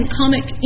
comic